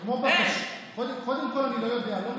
בחברה הערבית, אדוני, נתוני העוני הם גבוליים.